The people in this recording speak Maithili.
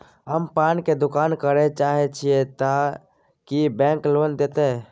हम पान के दुकान करे चाहे छिये ते की बैंक लोन देतै?